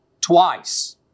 twice